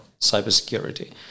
cybersecurity